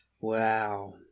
Wow